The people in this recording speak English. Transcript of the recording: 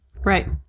Right